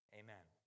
amen